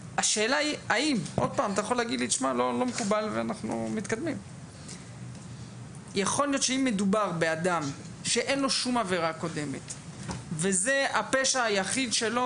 יכול להיות שאם מדובר באדם שאין לו שום עבירה קודמת וזה הפשע היחיד שלו,